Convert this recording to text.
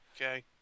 Okay